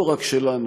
לא רק שלנו,